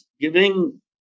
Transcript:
giving